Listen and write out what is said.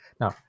Now